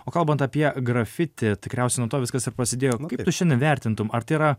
o kalbant apie grafiti tikriausiai nuo to viskas ir prasidėjo kaip tu šiandien vertintum ar tai yra